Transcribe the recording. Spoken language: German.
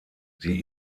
sie